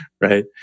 right